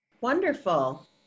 Wonderful